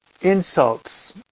insults